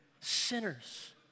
sinners